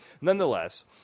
Nonetheless